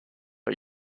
are